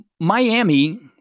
Miami